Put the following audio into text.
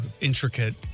intricate